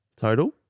total